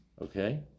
Okay